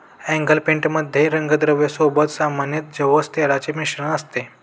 oil paint मध्ये रंगद्रव्या सोबत सामान्यतः जवस तेलाचे मिश्रण असते